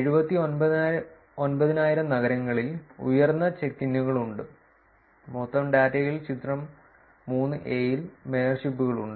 79000 നഗരങ്ങളിൽ ഉയർന്ന ചെക്ക് ഇന്നുകളുണ്ട് മൊത്തം ഡാറ്റയിൽ ചിത്രം 3 എ ൽ മേയർഷിപ്പുകൾ ഉണ്ട്